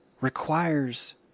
requires